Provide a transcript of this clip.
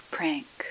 Prank